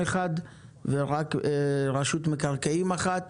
ורק רשות מקרקעין אחת.